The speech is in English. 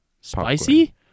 spicy